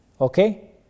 okay